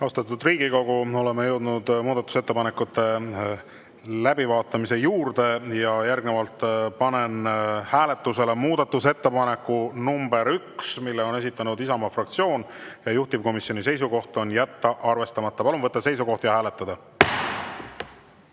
Austatud Riigikogu! Oleme jõudnud muudatusettepanekute läbivaatamise juurde ja järgnevalt panen hääletusele muudatusettepaneku nr 1, mille on esitanud Isamaa fraktsioon, juhtivkomisjoni seisukoht on jätta arvestamata. Palun võtta seisukoht ja hääletada!